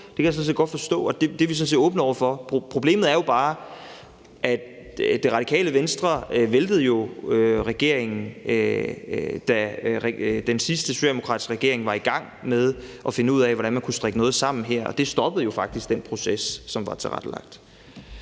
vi åbne over for. Problemet var jo bare, at Radikale Venstre væltede den sidste socialdemokratiske regering, da den regering var i gang med at finde ud af, hvordan man kunne strikke noget sammen her, og det stoppede jo faktisk den proces, som var tilrettelagt.